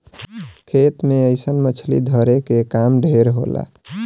खेत मे अइसन मछली धरे के काम ढेर होला